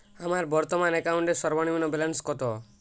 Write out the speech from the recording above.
আমার বর্তমান অ্যাকাউন্টের সর্বনিম্ন ব্যালেন্স কত?